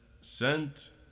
sent